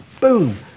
boom